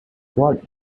what